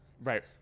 Right